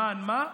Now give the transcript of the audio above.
למען מה?